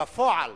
בפועל,